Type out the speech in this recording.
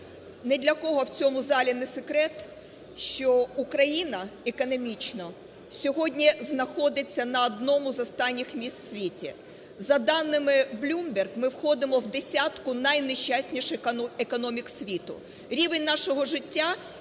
ні для кого в цьому залі не секрет, що Україна економічно сьогодні знаходиться на одному з останніх місць в світі. За даними Bloomberg ми входимо в десятку найнещасніших економік світу,